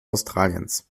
australiens